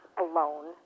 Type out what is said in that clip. alone